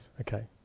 okay